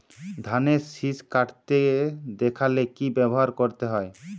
ধানের শিষ কাটতে দেখালে কি ব্যবহার করতে হয়?